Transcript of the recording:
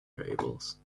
variables